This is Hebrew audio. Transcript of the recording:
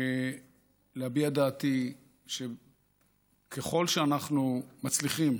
ולהביע את דעתי שככל שאנחנו מצליחים